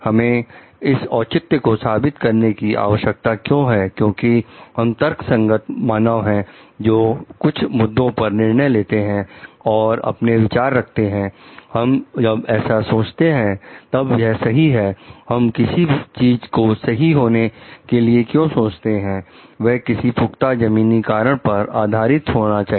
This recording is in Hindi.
हमें इस औचित्य को साबित करने की आवश्यकता क्यों है क्योंकि हम तर्कसंगत मानव हैं जो कुछ मुद्दों पर निर्णय लेते हैं और अपने विचार रखते हैं हम जब ऐसा सोचते है तब यह सही है हम किसी चीज को सही होने के लिए क्यों सोचते हैं वह किसी पुख्ता जमीनी कारण पर आधारित होना चाहिए